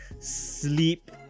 sleep